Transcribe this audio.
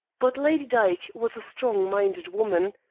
but lady dyke was a strong-minded woman.